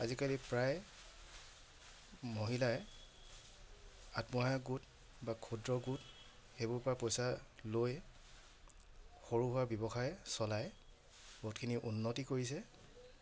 আজিকালি প্ৰায় মহিলাই আত্মসহায়ক গোট বা ক্ষুদ্ৰ গোট সেইবোৰৰপৰা পইচা লৈ সৰুসুৰা ব্যৱসায় চলাই বহুতখিনি উন্নতি কৰিছে